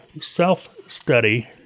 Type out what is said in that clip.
self-study